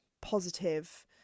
positive